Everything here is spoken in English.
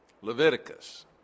Leviticus